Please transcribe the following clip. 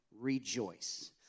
rejoice